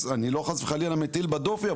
אני לא מטיל בה דופי חס וחלילה,